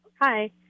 Hi